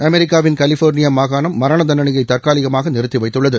அமெரிக்காவின் கலிஃபோர்னியா மாகாணம் மரண தண்டனையை தற்காலிகமாக நிறுத்திவைத்துள்ளது